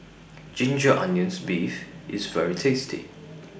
Ginger Onions Beef IS very tasty